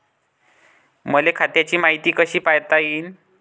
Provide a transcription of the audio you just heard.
मले खात्याची मायती कशी पायता येईन?